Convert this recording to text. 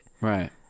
Right